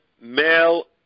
male